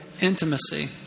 intimacy